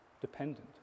dependent